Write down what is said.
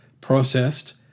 processed